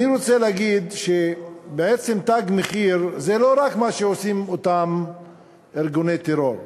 אני רוצה להגיד שבעצם "תג מחיר" זה לא רק מה שעושים אותם ארגוני טרור.